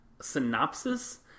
synopsis